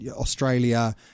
australia